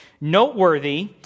Noteworthy